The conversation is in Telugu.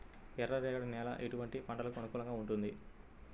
ఎర్ర రేగడి నేల ఎటువంటి పంటలకు అనుకూలంగా ఉంటుంది?